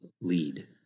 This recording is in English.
lead